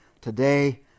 today